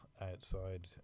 outside